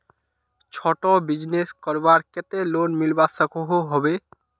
छोटो बिजनेस करवार केते लोन मिलवा सकोहो होबे?